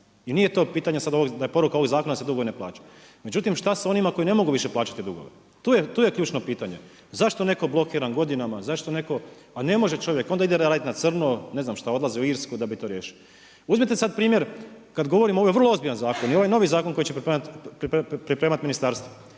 i nije to pitanje sada ovdje, da je poruka ovog zakona da se dugovi na plaćaju. Međutim, šta s onima koji ne mogu više plaćati dugove? Tu je ključno pitanje. Zašto netko blokiran godinama? A ne može čovjek, onda ide raditi na crno, ne znam šta, odlazi u Irsku da bi to riješio. Uzmite sada primjer kad govorimo, ovo je vrlo ozbiljan zakon i ovaj novi zakon koji će pripremati ministarstvo.